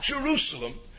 Jerusalem